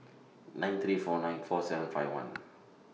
nine three four nine four seven five one